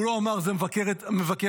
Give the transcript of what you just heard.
הוא לא אמר שזה מבקר המדינה,